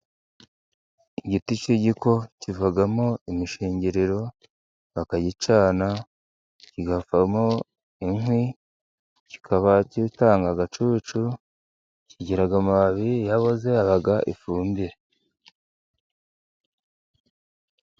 Igiti cy'igiko kivamo imishingiriro, bakagicana, kikavamo inkwi, kikaba kitanga agacucu, kigira amababi iyo aboze aba ifumbire.